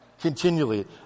Continually